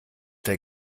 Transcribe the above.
der